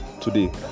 today